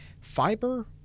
Fiber